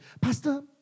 Pastor